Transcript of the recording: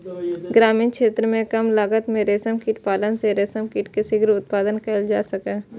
ग्रामीण क्षेत्र मे कम लागत मे रेशम कीट पालन सं रेशम कीट के शीघ्र उत्पादन कैल जा सकैए